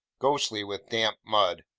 ghostly with damp mud.